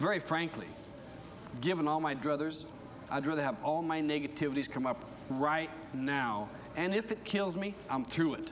very frankly given all my druthers i'd rather have all my negatives come up right now and if it kills me i'm through it